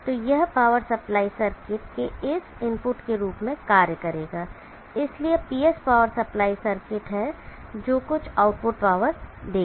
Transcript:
तो यह power supply circuit के इनपुट के रूप में कार्य करेगा इसलिए PS पावर सप्लाई सर्किट है जो कुछ आउटपुट देगा